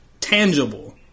tangible